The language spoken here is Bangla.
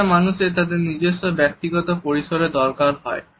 প্রতিটা মানুষের তাদের নিজস্ব ব্যক্তিগত পরিসরের দরকার হয়